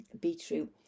beetroot